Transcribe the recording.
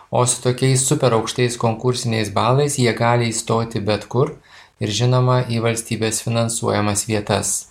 o su tokiais super aukštais konkursiniais balais jie gali įstoti bet kur ir žinoma į valstybės finansuojamas vietas